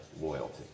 loyalty